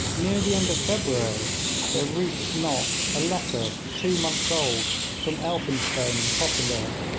near the end of february there reached nott a letter two months old from elphinstone and pottinger,